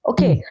Okay